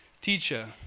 Teacher